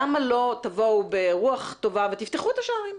למה לא תבואו ברוח טובה ותפתחו את השערים?